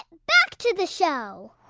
back to the show